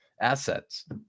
assets